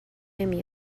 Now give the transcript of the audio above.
نمی